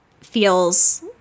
feels